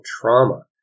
trauma